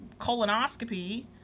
colonoscopy